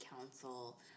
council